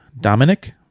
Dominic